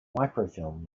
microfilm